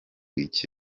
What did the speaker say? iki